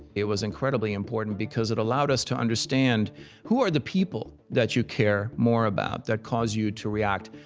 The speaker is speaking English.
it was incredibly important because it allowed us to understand who are the people that you care more about, that cause you to react,